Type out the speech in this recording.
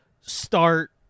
start